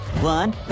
One